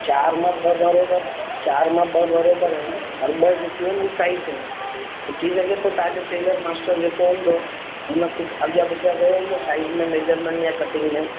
चारि मां ॿ बराबरि चारि मां ॿ बराबरि आहिनि और ॿ जेकियूं आहिनि उहा टाइट आहिनि थी सघे त तव्हांजो टेलर मास्टर जेको हूंदो हुन कुझु अॻियां पुठियां कयो हूंदसि साइज़ में मेजरमेंट या कटिंग में